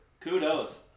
Kudos